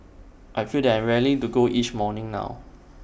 I feel that I'm raring to go each morning now